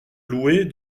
louer